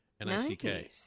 N-I-C-K